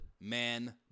Man